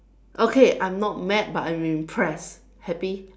okay I'm not mad but I'm impressed happy